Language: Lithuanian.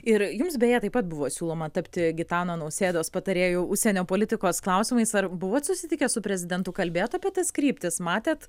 ir jums beje taip pat buvo siūloma tapti gitano nausėdos patarėju užsienio politikos klausimais ar buvot susitikęs su prezidentu kalbėjot apie tas kryptis matėt